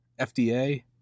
FDA